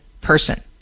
person